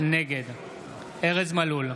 נגד ארז מלול,